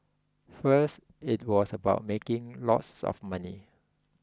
first it was about making lots of money